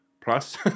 plus